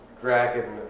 Dragon